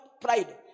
pride